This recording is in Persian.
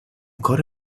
کار